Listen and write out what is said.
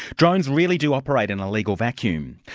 drones really do operate in a legal vacuum.